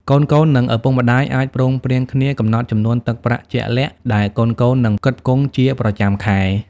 កូនៗ និងឪពុកម្ដាយអាចព្រមព្រៀងគ្នាកំណត់ចំនួនទឹកប្រាក់ជាក់លាក់ដែលកូនៗនឹងផ្គត់ផ្គង់ជាប្រចាំខែ។